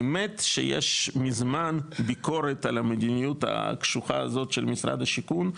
האמת שיש מזמן ביקורת על המדיניות הקשוחה הזאת של משרד השיכון,